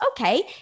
Okay